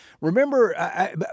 remember